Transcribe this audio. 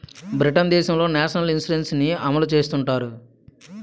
Britain దేశంలో national insurance ని అమలు చేస్తుంటారు